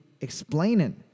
explaining